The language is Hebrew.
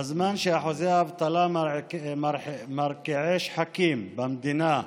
בזמן שאחוזי האבטלה מרקיעי שחקים במדינה,